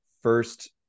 first